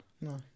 No